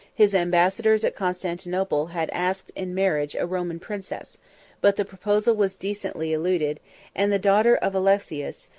his ambassadors at constantinople had asked in marriage a roman princess but the proposal was decently eluded and the daughter of alexius,